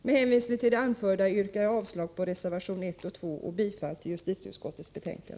Med hänvisning till det jag anfört yrkar jag avslag på reservationerna 1 och 2 och bifall till justitieutskottets hemställan.